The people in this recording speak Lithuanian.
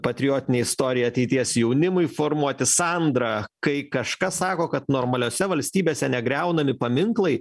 patriotinę istoriją ateities jaunimui formuoti sandra kai kažkas sako kad normaliose valstybėse negriaunami paminklai